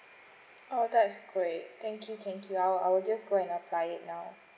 oh that's great thank you thank you I'll I'll just go and apply it now